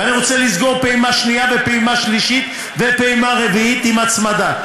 ואני רוצה לסגור פעימה שנייה ופעימה שלישית ופעימה רביעית עם הצמדה,